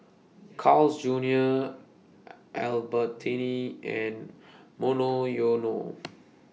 Carl's Junior Albertini and Monoyono